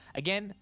again